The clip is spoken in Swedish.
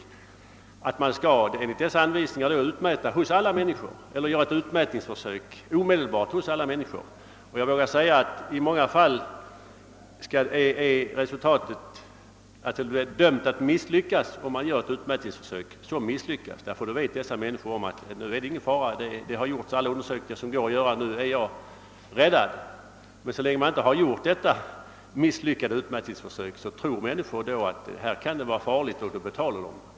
Enligt anvisningarna skall ett utmätningsförsök omedelbart göras hos alla människor som släpar efter med skatteinbetalningen. Jag vågar säga att utmätningsförsöket i flertalet fall är dömt att misslyckat. Vederbörande vet då att alla undersökningar som kan göras är klara och att han är på den säkra sidan. Så länge inte detta misslyckade utmätningsförsök gjorts tror emellertid den skattskyldige att det kan vara riskabelt att drö ja ytterligare och försöker betala in skatten.